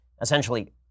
essentially